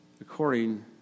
according